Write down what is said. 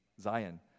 Zion